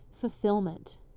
fulfillment